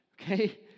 okay